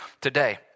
today